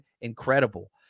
incredible